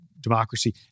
democracy